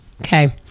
Okay